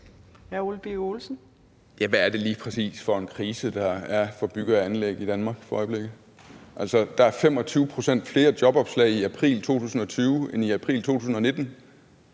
Hvad er det lige præcis for en krise, der er for bygge- og anlægsbranchen i Danmark for øjeblikket? Altså, der er 25 pct. flere jobopslag i april 2020 end i april 2019.